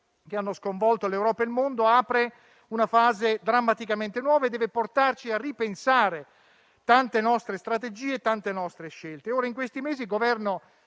che hanno sconvolto l'Europa e il mondo apre una fase drammaticamente nuova e deve portarci a ripensare tante nostre strategie, tante nostre scelte. In questi mesi il Governo